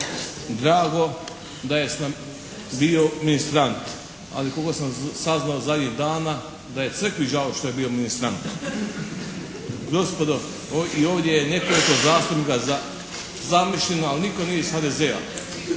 drago da je bio ministrant, ali koliko sam saznao zadnjih dana da je crkvi žao što je bio ministrant. Gospodo i ovdje je nekoliko zastupnika zamišljeno ali nitko nije iz HDZ-a.